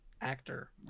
actor